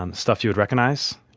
um stuff you would recognize,